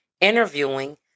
interviewing